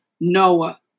Noah